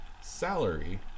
salary